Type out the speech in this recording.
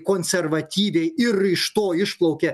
konservatyviai ir iš to išplaukė